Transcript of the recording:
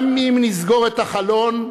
גם אם נסגור את החלון,